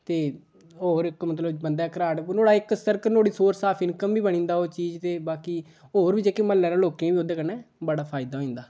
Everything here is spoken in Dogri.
ते होर इक मतलब बंदे घराट नोहाड़ा इक सर्कल नोहाड़ी सोर्स आफ़ इनकम बी बनी जंदा ओह् चीज ते बाकी होर बी जेह्के म्हल्ले आह्ले लोकें बी ओह्दे कन्नै बड़ा फायदा होई आंदा